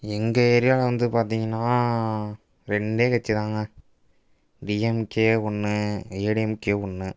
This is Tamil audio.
எங்கள் ஏரியாவில் வந்து பார்த்தீங்கன்னா ரெண்டே கட்சி தான்ங்க டி எம் கே ஒன்று ஏ டி எம் கே ஒன்று